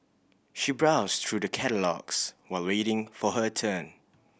she browsed through the catalogues while waiting for her turn